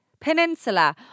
Peninsula